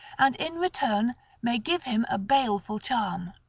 and in return may give him a baleful charm.